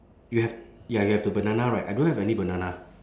you have ya you have the banana right I don't have any banana